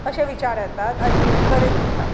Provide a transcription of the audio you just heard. अशे विचार विचार येतात आनी बरें दिसता